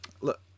Look